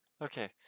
Okay